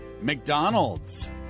McDonald's